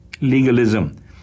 legalism